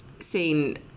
Seen